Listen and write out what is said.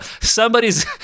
somebody's